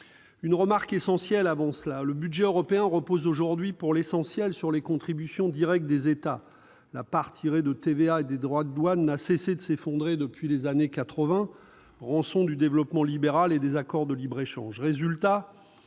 convient de souligner que le budget européen repose aujourd'hui, pour l'essentiel, sur les contributions directes des États membres. La part tirée de la TVA et des droits de douane n'a cessé de s'effondrer depuis les années 1980 ; c'est la rançon du développement libéral et des accords de libre-échange.